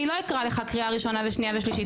אני לא אקרא לך קריאה ראשונה ושנייה ושלישית.